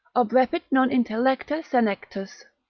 obrepit non intellecta senectus.